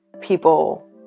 people